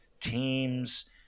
teams